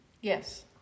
yes